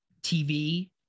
tv